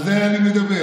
על זה אני מדבר.